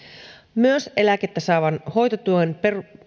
myös eläkettä saavan hoitotuen